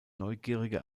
neugierige